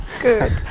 Good